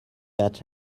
that